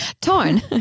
torn